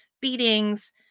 beatings